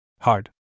Hard